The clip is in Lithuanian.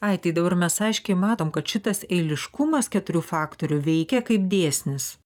ai tai dabar mes aiškiai matom kad šitas eiliškumas keturių faktorių veikia kaip dėsnis